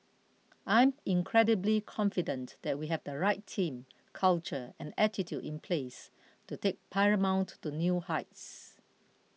I'm incredibly confident that we have the right team culture and attitude in place to take Paramount to new heights